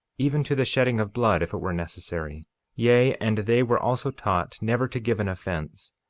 even to the shedding of blood if it were necessary yea, and they were also taught never to give an offense,